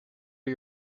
are